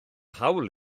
hawl